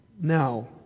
Now